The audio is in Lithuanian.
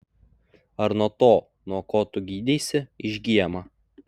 ar nuo to nuo ko tu gydeisi išgyjama